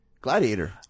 Gladiator